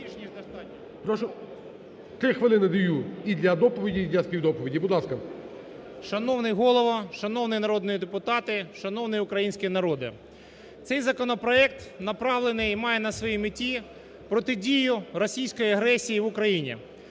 Прошу, три хвилини даю і для доповіді, і для співдоповіді. Будь ласка. 16:50:18 ГЕРАЩЕНКО А.Ю. Шановний Голово, шановні народні депутати, шановний український народе! Цей законопроект направлений і має на своїй меті протидію російській агресії в Україні.